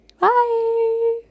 Bye